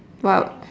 what